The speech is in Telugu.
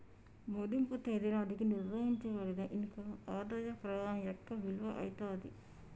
మదింపు తేదీ నాటికి నిర్ణయించబడిన ఇన్ కమ్ ఆదాయ ప్రవాహం యొక్క విలువ అయితాది